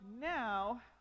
now